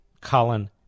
Colin